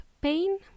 pain